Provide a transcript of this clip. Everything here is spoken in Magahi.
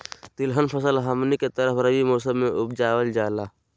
तिलहन फसल हमनी के तरफ रबी मौसम में उपजाल जाला